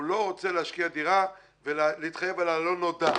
הוא לא רוצה להשקיע דירה ולהתחייב על הלא-נודע.